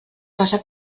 faça